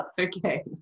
Okay